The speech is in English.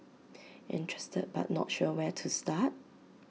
interested but not sure where to start